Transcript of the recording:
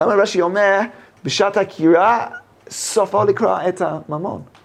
למה רש"י אומר, בשעת עקירה סופו לקרוע את הממון.